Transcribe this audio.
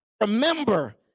remember